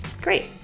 great